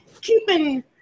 keeping